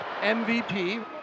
MVP